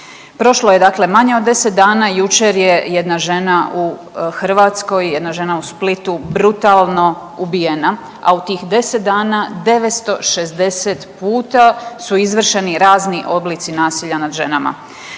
Prošlo je manje od deset dana i jučer je jedna žena u Hrvatskoj, jedna žena u Splitu brutalno ubijena, a u tih deset dana 960 puta su izvršeni razni oblici nasilja nad ženama.